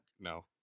No